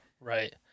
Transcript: Right